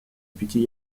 пяти